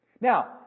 Now